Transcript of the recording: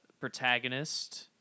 protagonist